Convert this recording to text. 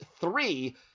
three